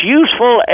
useful